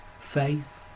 faith